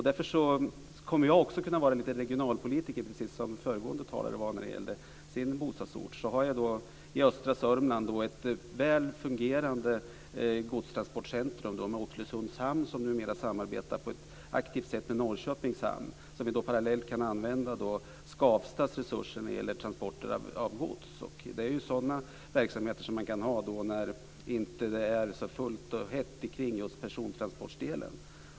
Jag kommer också att vara lite regionalpolitiker, precis som föregående talare var när det gällde hennes bostadsort. I östra Sörmland har vi ett väl fungerande godstransportcentrum med Oxelösunds hamn, som numera aktivt samarbetar med Norrköpings hamn. Parallellt kan vi använda Skavstas resurser när det gäller transporter av gods - en verksamhet som man kan ha när det inte är så starkt tryck på persontransportdelen.